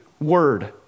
word